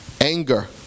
anger